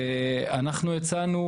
אנחנו הצענו